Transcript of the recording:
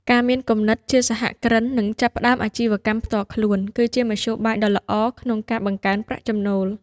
ការមានគំនិតជាសហគ្រិននិងចាប់ផ្ដើមអាជីវកម្មផ្ទាល់ខ្លួន គឺជាមធ្យោបាយដ៏ល្អក្នុងការ បង្កើនប្រាក់ចំណូល។